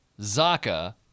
Zaka